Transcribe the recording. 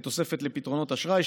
תוספת לפתרונות אשראי,